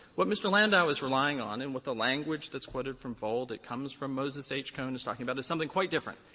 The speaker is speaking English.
what mr. landau is relying on and what the language that's quoted from volt that comes from moses h. cone is talking about is something quite different.